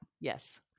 Yes